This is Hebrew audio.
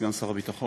סגן שר הביטחון,